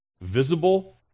visible